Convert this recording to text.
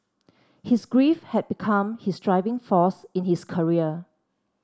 his grief had become his driving force in his career